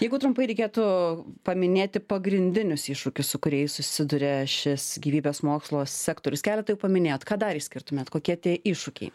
jeigu trumpai reikėtų paminėti pagrindinius iššūkius su kuriais susiduria šis gyvybės mokslo sektorius keletą jau paminėjot ką dar išskirtumėt kokie tie iššūkiai